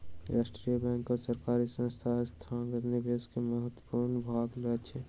राष्ट्रीय बैंक और सरकारी संस्थान संस्थागत निवेशक के महत्वपूर्ण भाग अछि